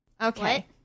Okay